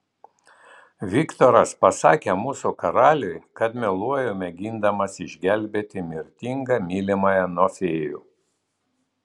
viktoras pasakė mūsų karaliui kad meluoju mėgindamas išgelbėti mirtingą mylimąją nuo fėjų